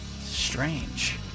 Strange